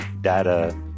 data